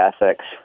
ethics